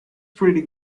pretty